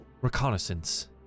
reconnaissance